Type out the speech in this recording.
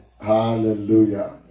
Hallelujah